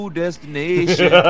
destination